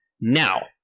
Now